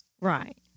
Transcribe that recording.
Right